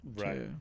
right